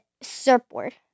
surfboard